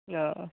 অঁ অঁ